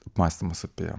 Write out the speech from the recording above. mąstymas apie